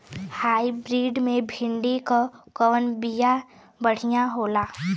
Hybrid मे भिंडी क कवन बिया बढ़ियां होला?